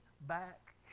back